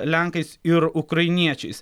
lenkais ir ukrainiečiais